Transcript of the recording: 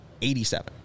87